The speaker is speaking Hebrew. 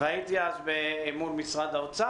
והייתי אז מול משרד האוצר.